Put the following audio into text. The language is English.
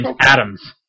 Adams